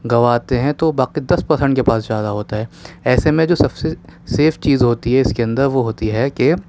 گنواتے ہیں تو باقی دس پرسنٹ کے پاس جا رہا ہوتا ہے ایسے میں جو سب سے سیف چیز ہوتی ہے اس کے اندر وہ ہوتی ہے کہ